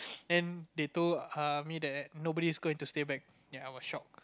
and they told err me that nobody is going to stay back and I was shock